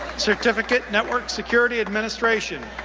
certificate, network security administration.